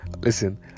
listen